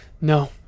no